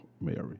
Mary